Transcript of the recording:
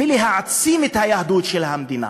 ולהעצים את היהדות של המדינה.